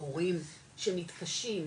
הורים שמתקשים